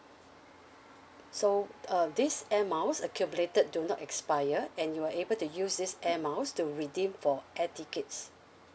so uh this air miles accumulated do not expire and you're able to use this air miles to redeem for air tickets